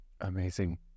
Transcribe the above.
Amazing